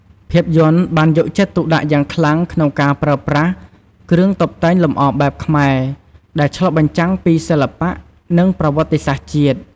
ភាពយន្តបានយកចិត្តទុកដាក់យ៉ាងខ្លាំងក្នុងការប្រើប្រាស់ គ្រឿងតុបតែងលម្អបែបខ្មែរ ដែលឆ្លុះបញ្ចាំងពីសិល្បៈ និងប្រវត្តិសាស្ត្រជាតិ។